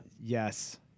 Yes